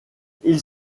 ils